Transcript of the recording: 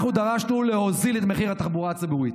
אנחנו דרשנו להוריד את מחיר התחבורה הציבורית.